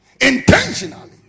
intentionally